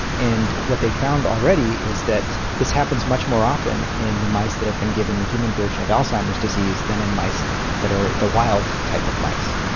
and what they found already is that this happens much more often in the mice that have been given the human version of alzheimer's disease than in mice that are the wild type of mice.